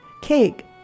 cake